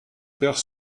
père